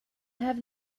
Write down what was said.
have